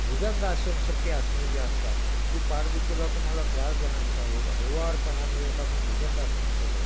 भुजंगासनसारखे आसनं जी असतात ती पाठदुखीला तुम्हाला त्रास देणार नाही असं हळू हळूवारपणाने जर का तुम्ही भुजंगासन केलं